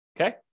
Okay